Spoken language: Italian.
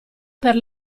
per